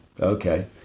Okay